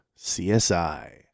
CSI